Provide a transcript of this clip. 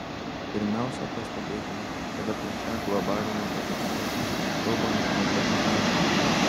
pirmiausiai pastebėkime kad apie šią globalinę katastrofą kalbama ne pirmą kartą